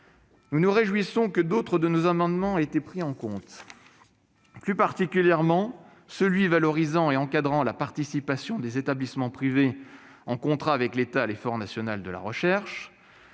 Nous nous réjouissons que d'autres de nos amendements aient été pris en compte, plus particulièrement : celui qui valorise et encadre la participation des établissements privés en contrat avec l'État à l'effort national de la recherche